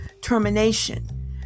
termination